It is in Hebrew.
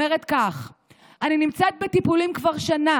אומרת כך: "אני נמצאת בטיפולים כבר שנה